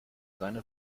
seine